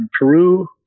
Peru